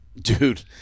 dude